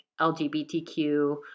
LGBTQ